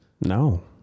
no